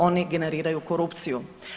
Oni generiraju korupciju.